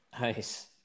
Nice